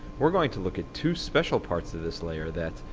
we're going to look at two special parts of this layer that,